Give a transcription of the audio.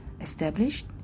established